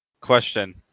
Question